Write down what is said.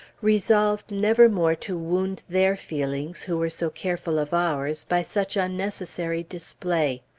resolved never more to wound their feelings, who were so careful of ours, by such unnecessary display.